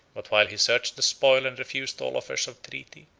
but while he searched the spoil and refused all offers of treaty,